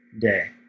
day